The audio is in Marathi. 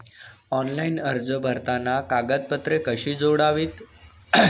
ऑनलाइन अर्ज भरताना कागदपत्रे कशी जोडावीत?